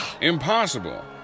Impossible